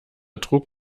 trug